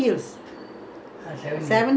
இன்னொன்னு அது:innonnu athu